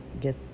get